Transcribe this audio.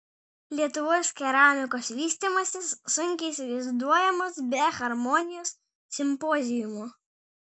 lietuvos keramikos vystymasis sunkiai įsivaizduojamas be harmonijos simpoziumų